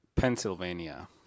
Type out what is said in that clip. Pennsylvania